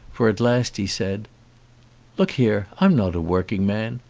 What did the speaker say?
for at last he said look here, i'm not a working man.